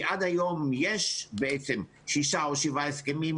כי עד היום יש שישה או שבעה הסכמים